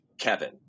Kevin